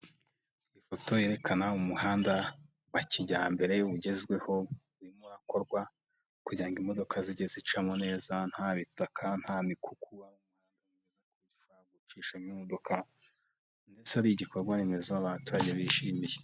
Ifoto yerekana umuhanda wa kijyambere ugezweho, urimo urakorwa kugirango imodoka zijye zicamo neza ntabitaka, ntamikuku, kuburyo ushobora gucishamo imodoka, ndetse ari igikorwa remezo abaturage bishimiye.